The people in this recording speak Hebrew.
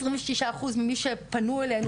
26 אחוז ממי שפנו אלינו,